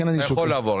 אתה יכול לעבור.